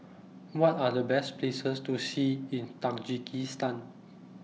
What Are The Best Places to See in Tajikistan